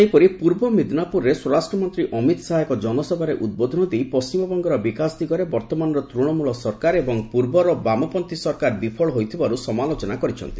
ସେହିପରି ପୂର୍ବ ମିଦିନାପୁରରେ ସ୍ୱରାଷ୍ଟ୍ର ମନ୍ତ୍ରୀ ଅମିତ୍ ଶାହା ଏକ ଜନସଭାରେ ଉଦ୍ବୋଧନ ଦେଇ ପର୍ଣ୍ଣିମବଙ୍ଗର ବିକାଶ ଦିଗରେ ବର୍ତ୍ତମାନର ତୃଶମୂଳ ସରକାର ଏବଂ ପୂର୍ବର ବାମପନ୍ଥୀ ସରକାର ବିଫଳ ହୋଇଥିବାରୁ ସମାଲୋଚନା କରିଛନ୍ତି